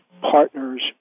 partner's